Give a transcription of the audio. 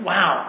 Wow